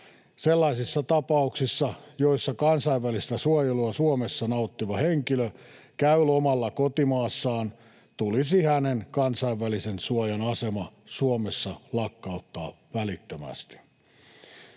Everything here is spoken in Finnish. Sellaisissa tapauksissa, joissa kansainvälistä suojelua Suomessa nauttiva henkilö käy lomalla kotimaassaan, tulisi hänen kansainvälisen suojan asema Suomessa lakkauttaa välittömästi.